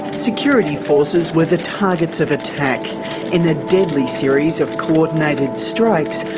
security forces were the targets of attack in the deadly series of coordinated strikes.